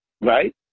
Right